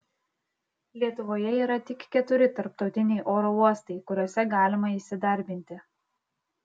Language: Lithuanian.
lietuvoje yra tik keturi tarptautiniai oro uostai kuriuose galima įsidarbinti